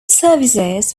services